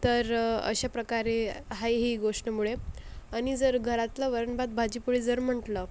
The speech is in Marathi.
तर असा प्रकार आहे हा ही गोष्टीमुळे आणि जर घरातलं वरणभात भाजीपोळी जर म्हटलं